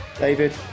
David